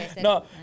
No